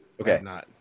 Okay